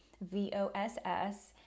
V-O-S-S